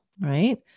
right